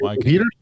Peter